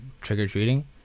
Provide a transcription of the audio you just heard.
Trick-or-treating